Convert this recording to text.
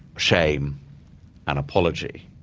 shame and apology.